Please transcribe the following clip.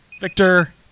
Victor